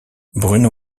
bruno